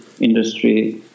industry